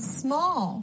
small